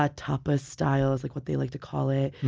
ah tapas style is like what they like to call it.